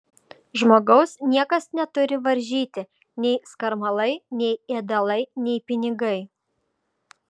žmogaus niekas neturi varžyti nei skarmalai nei ėdalai nei pinigai